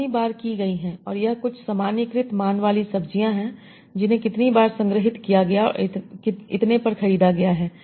कितनी बार की गई है और यह कुछ सामान्यीकृत मान वाली सब्जियां हैं जिन्हें कितनी बार संग्रहीत किया गया और इतने पर ख़रीदा गया है